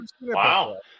Wow